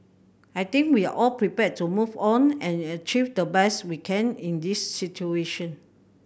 I think we are all prepared to move on and achieve the best we can in this situation